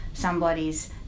somebody's